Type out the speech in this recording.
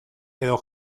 edo